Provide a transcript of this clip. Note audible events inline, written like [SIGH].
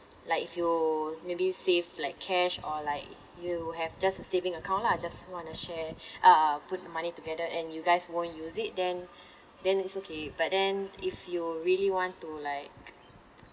like if you maybe save like cash or like you have just a saving account lah just wanna share uh put the money together and you guys won't use it then then it's okay but then if you really want to like [NOISE]